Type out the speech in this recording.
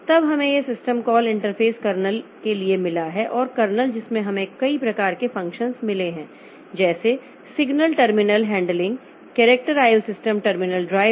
तब हमें यह सिस्टम कॉल इंटरफ़ेस कर्नेल लिए मिला है और कर्नेल जिसमें हमें कई प्रकार के फ़ंक्शंस मिले हैं जैसे signal terminal handling character IO system terminal driver